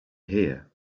here